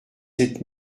sept